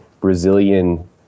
Brazilian